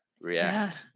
react